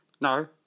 No